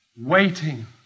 waiting